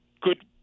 good